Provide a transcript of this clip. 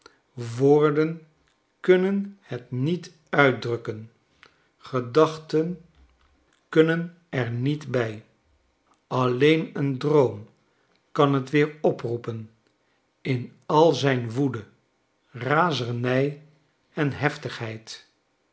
woorden kunnen het niet uitdrukken gedachten kunnen er niet bij alleen een droom kan t weer oproepen in al zijn woede razernij en heftigheid